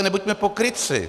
Nebuďme pokrytci.